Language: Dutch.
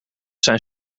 zijn